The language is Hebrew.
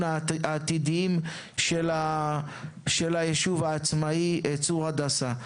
העתידיים של היישוב העצמאי צור הדסה.